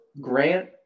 Grant